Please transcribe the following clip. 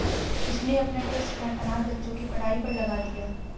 उसने अपना trust fund अनाथ बच्चों की पढ़ाई पर लगा दिया